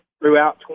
throughout